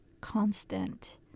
Constant